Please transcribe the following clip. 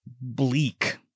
bleak